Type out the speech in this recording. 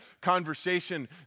conversation